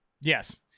Yes